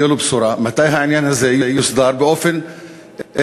תהיה לו בשורה מתי העניין הזה יוסדר באופן מלא,